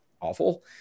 awful